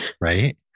Right